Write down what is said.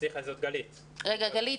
רגע גלית,